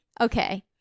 okay